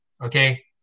okay